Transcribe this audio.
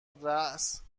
راس